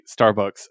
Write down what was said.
Starbucks